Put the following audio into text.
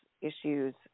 issues